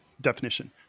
definition